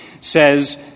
says